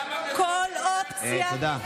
אז למה, תודה.